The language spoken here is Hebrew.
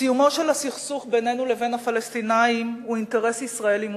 סיומו של הסכסוך בינינו לבין הפלסטינים הוא אינטרס ישראלי מובהק.